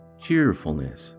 Cheerfulness